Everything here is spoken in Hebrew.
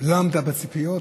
לא עמדה בציפיות.